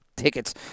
Tickets